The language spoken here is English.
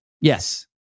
Yes